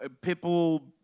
people